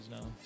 now